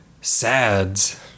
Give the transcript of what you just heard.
sads